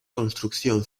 construcción